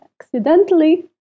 accidentally